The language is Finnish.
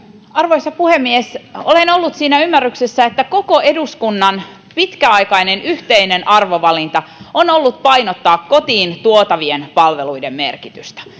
arvoisa puhemies olen ollut siinä ymmärryksessä että koko eduskunnan pitkäaikainen yhteinen arvovalinta on ollut painottaa kotiin tuotavien palveluiden merkitystä